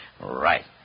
Right